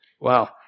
Wow